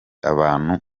abantu